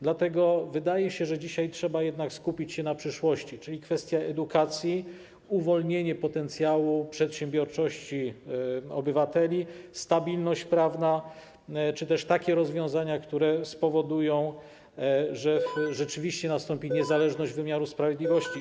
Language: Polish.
Dlatego wydaje się, że dzisiaj trzeba jednak skupić się na przyszłości, czyli kwestii edukacji, uwolnienia potencjału przedsiębiorczości obywateli, stabilności prawnej czy też takich rozwiązaniach, które spowodują, że rzeczywiście nastąpi niezależność wymiaru sprawiedliwości.